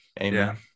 Amen